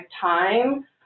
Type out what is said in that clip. time